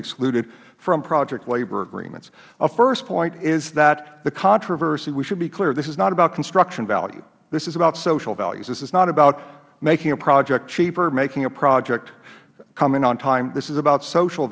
excluded from project labor agreements a first point is that the controversy we should be clear this is not about construction value this is about social values this is not about making a project cheaper making a project come in on time this is about social